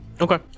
Okay